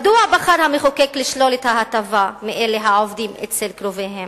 מדוע בחר המחוקק לשלול את ההטבה מאלה העובדים אצל קרוביהם?